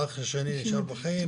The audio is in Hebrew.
האח השני בחיים,